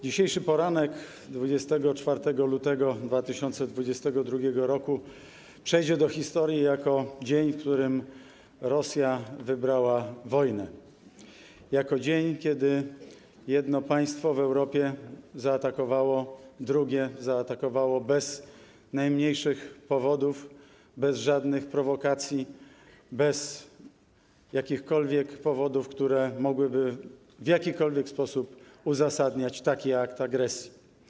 Dzisiejszy poranek 24 lutego 2022 r. przejdzie do historii jako dzień, w którym Rosja wybrała wojnę, jako dzień, kiedy jedno państwo w Europie zaatakowało drugie, zaatakowało bez najmniejszych powodów, bez żadnych prowokacji, bez jakichkolwiek powodów, które mogłyby w jakikolwiek sposób uzasadniać taki akt agresji.